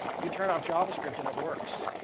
you turn off javascript and it works.